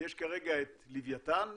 יש כרגע את לווייתן,